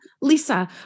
Lisa